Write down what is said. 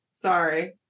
sorry